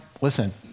Listen